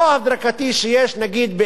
לא הדרגתי שנגיד,